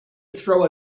throw